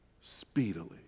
speedily